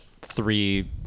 three